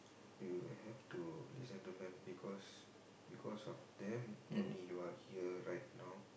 you have to listen to them because because of them only you are here right now